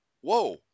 whoa